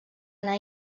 anar